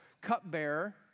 cupbearer